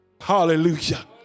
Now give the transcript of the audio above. Hallelujah